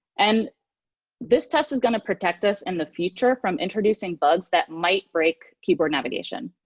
and this test is going to protect us in the future from introducing bugs that might break keyboard navigation.